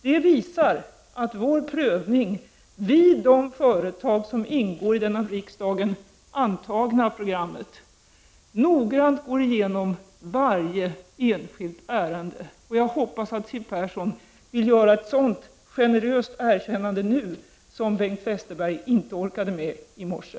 Det visar att vi vid prövningen av de företag som ingår i det av riksdagen antagna programmet noggrant går igenom varje enskilt ärende. Jag hoppas att Siw Persson nu vill göra ett sådant generöst erkännande som Bengt Westerberg inte orkade med i morse.